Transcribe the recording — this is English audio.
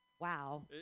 wow